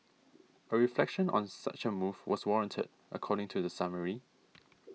a reflection on such a move was warranted according to the summary